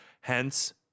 Hence